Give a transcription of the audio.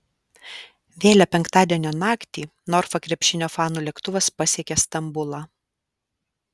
vėlią penktadienio naktį norfa krepšinio fanų lėktuvas pasiekė stambulą